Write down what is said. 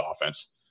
offense